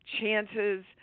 chances